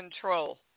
control